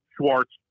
Schwartz